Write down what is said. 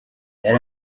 yari